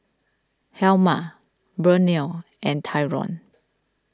Helma Burnell and Tyron